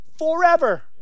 forever